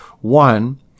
One